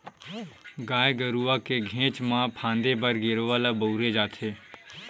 गाय गरुवा के घेंच म फांदे बर गेरवा ल बउरे जाथे